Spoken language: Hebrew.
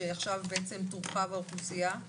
כשעכשיו תורחב האוכלוסייה?